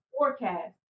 forecast